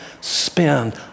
spend